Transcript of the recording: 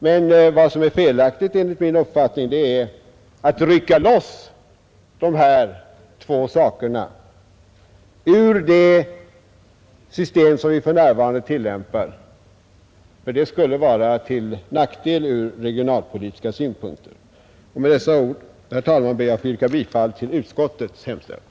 Men vad som enligt min uppfattning är felaktigt är att rycka loss de här två flygplatserna ur det system som vi för närvarande tillämpar — det skulle vara till nackdel från regionalpolitiska synpunkter. Med dessa ord ber jag, herr talman, att få yrka bifall till utskottets hemställan.